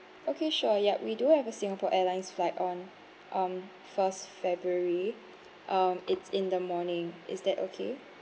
okay sure yup we do have a Singapore Airlines flight on um first february um it's in the morning is that okay